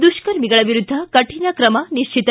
ದುಷ್ಕರ್ಮಿಗಳ ವಿರುದ್ದ ಕಠಿಣ ಕ್ರಮ ನಿಶ್ಚಿತ